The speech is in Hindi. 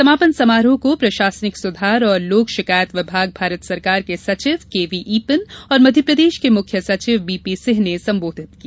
समापन समारोह को प्रशासनिक सुधार और लोक शिकायत विभाग भारत सरकार के सचिव के वी ईपेन और मध्यप्रदेश के मुख्य सचिव बी पी सिंह ने संबोधित किया